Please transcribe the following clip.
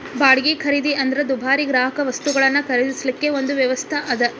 ಬಾಡ್ಗಿ ಖರೇದಿ ಅಂದ್ರ ದುಬಾರಿ ಗ್ರಾಹಕವಸ್ತುಗಳನ್ನ ಖರೇದಿಸಲಿಕ್ಕೆ ಒಂದು ವ್ಯವಸ್ಥಾ ಅದ